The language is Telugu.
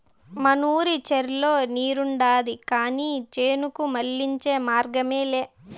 మనూరి చెర్లో నీరుండాది కానీ చేనుకు మళ్ళించే మార్గమేలే